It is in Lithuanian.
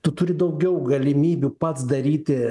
tu turi daugiau galimybių pats daryti